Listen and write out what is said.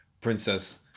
Princess